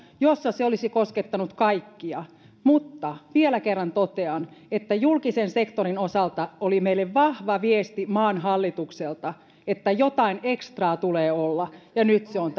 jossa se olisi koskettanut kaikkia mutta vielä kerran totean että julkisen sektorin osalta oli meille vahva viesti maan hallitukselta että jotain ekstraa tulee olla ja nyt se on